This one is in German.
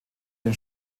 den